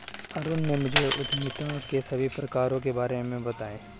अरुण ने मुझे उद्यमिता के सभी प्रकारों के बारे में बताएं